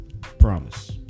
promise